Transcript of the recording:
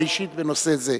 האישית בנושא זה.